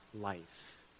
life